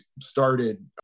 started